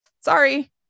sorry